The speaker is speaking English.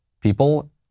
People